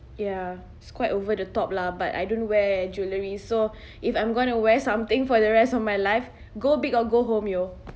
ya it's quite over the top lah but I don't wear jewelry so if I'm gonna wear something for the rest of my life go big or go home yo